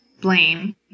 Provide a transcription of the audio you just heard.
blame